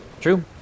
True